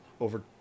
over